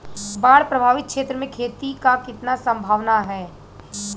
बाढ़ प्रभावित क्षेत्र में खेती क कितना सम्भावना हैं?